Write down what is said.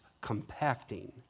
compacting